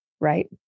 Right